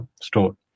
store